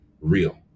real